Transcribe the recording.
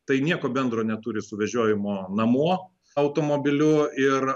tai nieko bendro neturi su vežiojimu namo automobiliu ir